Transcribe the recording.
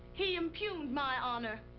he impugned my honor.